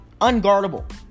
unguardable